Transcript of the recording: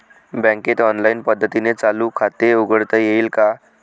बँकेत ऑनलाईन पद्धतीने चालू खाते उघडता येईल का?